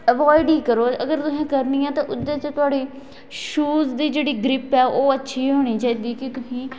avoid गै करो अगर तुसैं करनी ऐ ओह्दै च तुंदी शूज दी जेह्डी ग्रिप ऐ ओह् अच्छी होनी चाहिदी